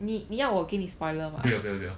不要不要不要